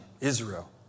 Israel